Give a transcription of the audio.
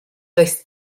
does